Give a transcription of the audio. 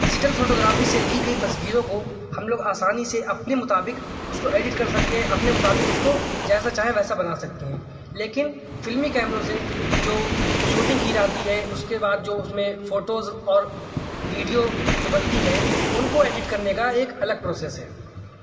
digital photography سے لی گئی تصویروں کو ہم لوگ آسانی سے اپنے مطابق اس کو ایڈٹ کر سکتے ہیں اپنے مطابق اس کو جیسا چاہیں ویسا بنا سکتے ہیں لیکن فلمی کیمروں سے جو شوٹنگ کی جاتی ہے اس کے بعد جو اس میں فوٹوز اور ویڈیو جو بنتی ہیں ان کو ایڈٹ کرنے کا ایک الگ پروسیس ہے